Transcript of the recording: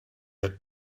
had